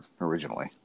originally